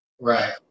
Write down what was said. right